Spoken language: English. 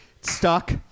Stuck